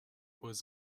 was